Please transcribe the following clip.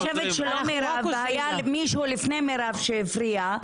אני חושבת שלא מירב היא הבעיה אלא לפני מירב היה מישהו אחר שהפריע.